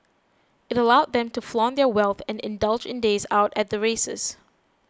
it allowed them to flaunt their wealth and indulge in days out at the races